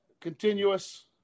continuous